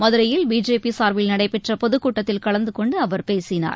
மதுரையில் பிஜேபி சார்பில் நடைபெற்ற பொதுக்கூட்டத்தில் கலந்து கொண்டு அவர் பேசினார்